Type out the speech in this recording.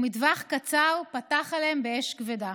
ומטווח קצר פתח עליהם באש כבדה.